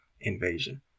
Invasion